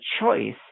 choice